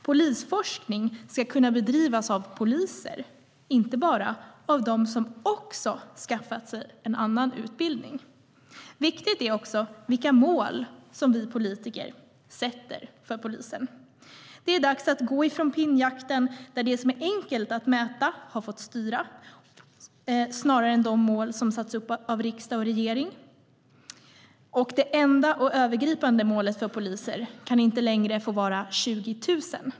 Polisforskning ska kunna bedrivas av poliser, inte bara av dem som också har skaffat sig en annan utbildning. Viktigt är också vilka mål som vi politiker sätter för polisen. Det är dags att gå ifrån pinnjakten, där det som är enkelt att mäta har fått styra snarare än de mål som har satts upp av riksdag och regering. Det enda och övergripande målet för polisen kan inte längre få vara 20 000.